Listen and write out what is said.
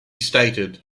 stated